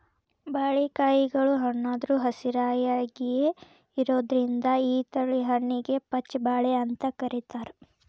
ಬಾಳಿಕಾಯಿಗಳು ಹಣ್ಣಾದ್ರು ಹಸಿರಾಯಾಗಿಯೇ ಇರೋದ್ರಿಂದ ಈ ತಳಿ ಹಣ್ಣಿಗೆ ಪಚ್ಛ ಬಾಳೆ ಅಂತ ಕರೇತಾರ